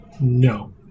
No